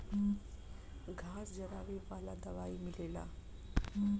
घास जरावे वाला दवाई मिलेला